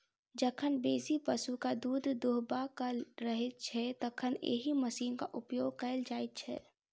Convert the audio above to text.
जखन बेसी पशुक दूध दूहबाक रहैत छै, तखन एहि मशीनक उपयोग कयल जाइत छै